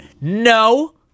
No